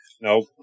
Nope